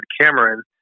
Cameron